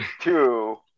Two